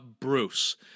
Bruce